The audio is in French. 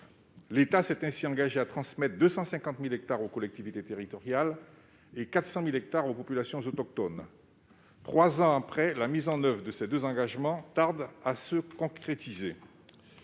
L'État s'est ainsi engagé à transmettre 250 000 hectares aux collectivités territoriales et 400 000 hectares aux populations autochtones. Trois ans après, la mise en oeuvre de ces deux engagements tarde à se concrétiser.